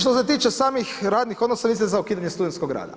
Što se tiče samih radnih odnosa, vi ste za ukidanje studenskog rada.